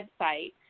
website